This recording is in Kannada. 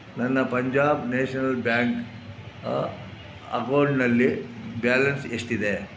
ನನ್ನ ಪಂಜಾಬ್ ನ್ಯಾಷನಲ್ ಬ್ಯಾಂಕ್ ಅಕೌಂಟ್ನಲ್ಲಿ ಬ್ಯಾಲೆನ್ಸ್ ಎಷ್ಟಿದೆ